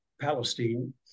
Palestine